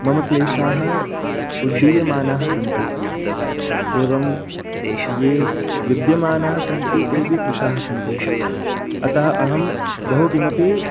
मम क्लेशाः उढ्यमानाः सन्ति एवं ये विद्यमानाः सन्ति तेऽपि कृशाः सन्ति अतः अहं बहु किमपि